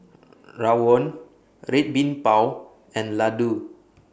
Rawon Red Bean Bao and Laddu